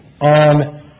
on